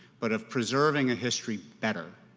but of preserving a history better